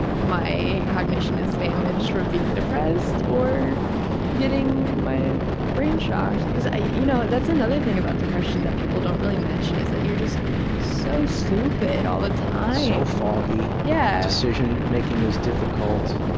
my cognition is damaged from being depressed or getting my brain shocked. because you know that's another thing about depression that people don't really mention, is that you're just so stupid all the time. so foggy. yeah decision-making is difficult.